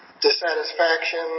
dissatisfaction